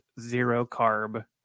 zero-carb